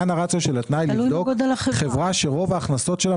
כאן הרציו של התנאי לבדוק חברה שרוב ההכנסות שלה